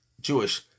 Jewish